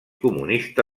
comunista